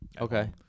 Okay